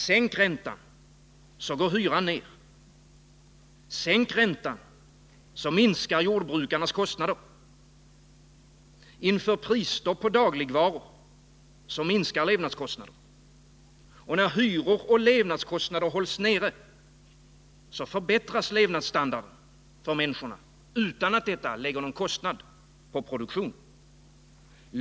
Sänk räntan så går hyran ned, sänk räntan så minskar jordbrukarnas kostnader. Inför prisstopp på dagligvaror så minskar levnadskostnaderna, och när hyror och levnadskostnader hålls nere förbättras levnadsstandarden för människorna utan att det medför någon kostnad för produktionen.